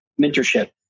Mentorship